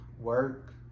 work